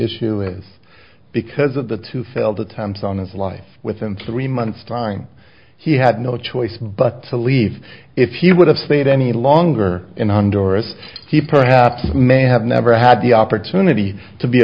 issue is because of the two failed attempts on his life within three months time he had no choice but to leave if he would have stayed any longer in honduras he perhaps may have never had the opportunity to be